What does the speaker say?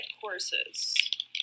courses